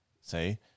say